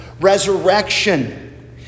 resurrection